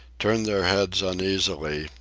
turned their heads uneasily,